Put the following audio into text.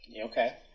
Okay